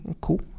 cool